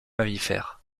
mammifères